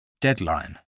deadline